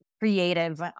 creative